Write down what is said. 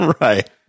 Right